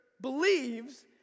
believes